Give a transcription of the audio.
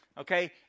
Okay